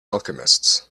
alchemists